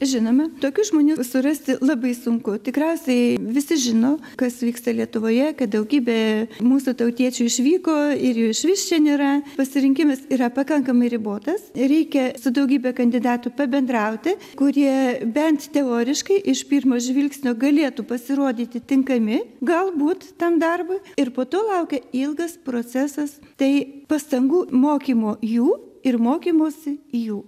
žinoma tokių žmonių surasti labai sunku tikriausiai visi žino kas vyksta lietuvoje kad daugybė mūsų tautiečių išvyko ir jų išvis čia nėra pasirinkimas yra pakankamai ribotas reikia su daugybe kandidatų pabendrauti kurie bent teoriškai iš pirmo žvilgsnio galėtų pasirodyti tinkami galbūt tam darbui ir po to laukia ilgas procesas tai pastangų mokymo jų ir mokymosi jų